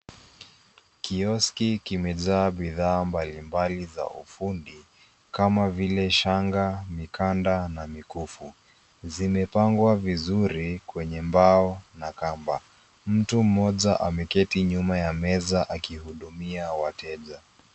Kioski kimejaa bidhaa mbali mbali za ufundi, kama vile shanga, mikanda, na mikufu. Zimepangwa vizuri kwenye mbao na kamba. Mtu mmoja ameketi nyuma ya meza akihudumia wateja.